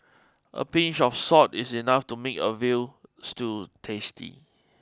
a pinch of salt is enough to make a veal stew tasty